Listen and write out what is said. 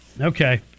Okay